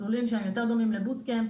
מסלולים שהם יותר דומים ל-boot-camp,